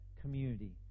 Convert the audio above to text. community